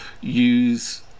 use